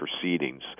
proceedings